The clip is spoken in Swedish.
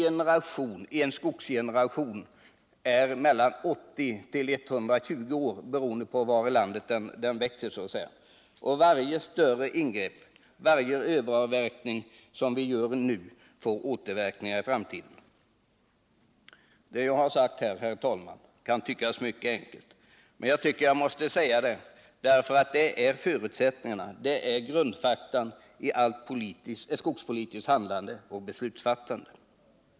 En skogsgeneration är mellan 80 och 120 år, beroende på var i landet skogen växer. Och varje större ingrepp, varje överavverkning som vi nu gör får återverkningar i framtiden. Det som jag här har sagt kan, herr talman, tyckas mycket enkelt, men det måste sägas, då det är grundfakta i allt skogspolitiskt handlande och beslutsfattande.